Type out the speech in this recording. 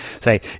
say